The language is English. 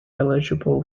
eligible